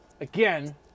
again